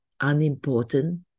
unimportant